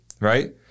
right